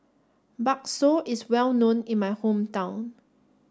Bakso is well known in my hometown